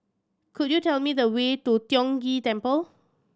could you tell me the way to Tiong Ghee Temple